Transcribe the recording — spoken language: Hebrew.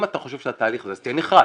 אם אתה חושב שהתהליך הזה, אני נחרץ,